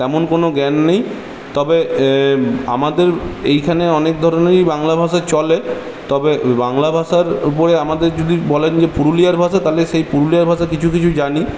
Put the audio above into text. তেমন কোনো জ্ঞান নেই তবে আমাদের এইখানে অনেক ধরনেরই বাংলা ভাষা চলে তবে বাংলা ভাষার উপরে আমাদের যদি বলেন যে পুরুলিয়ার ভাষা তাহলে সেই পুরুলিয়ার ভাষা কিছু কিছু জানি